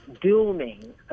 dooming